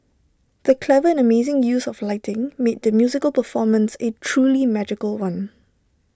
the clever and amazing use of lighting made the musical performance A truly magical one